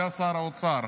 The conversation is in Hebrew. שהיה שר האוצר.